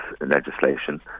legislation